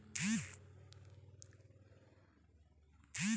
गहूँ में भथुवा, पियाजी, खेकसारी, बउटरी, ज्रगला जावा नांव कर बन ढेरे होथे